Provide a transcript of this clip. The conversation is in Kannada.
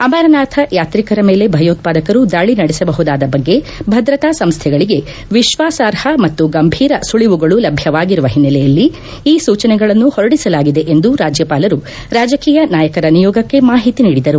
ಅಮರನಾಥ ಯಾತ್ರಿಕರ ಮೇಲೆ ಭಯೋತ್ವಾದಕರು ದಾಳಿ ನಡೆಸಬಹುದಾದ ಬಗ್ಗೆ ಭದ್ರತಾ ಸಂಸ್ಥೆಗಳಗೆ ವಿಶ್ವಾಸಾರ್ಹ ಮತ್ತು ಗಂಭೀರ ಸುಳವುಗಳು ಲಭ್ಯವಾಗಿರುವ ಹಿನೈಲೆಯಲ್ಲಿ ಈ ಸೂಚಿನೆಗಳನ್ನು ಹೊರಡಿಸಲಾಗಿದೆ ಎಂದು ರಾಜ್ಯಪಾಲರು ರಾಜಕೀಯ ನಾಯಕರ ನಿಯೋಗಕ್ಕೆ ಮಾಹಿತಿ ನೀಡಿದರು